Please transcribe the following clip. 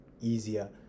easier